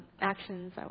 actions